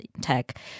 tech